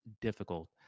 difficult